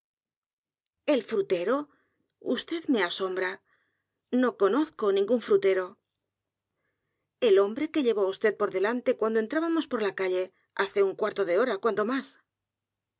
el frutero vd me asombra no conozco ningún frutero el hombre que llevó á vd por delante cuando entrábamos por la calle hace un cuarto de hora cuando más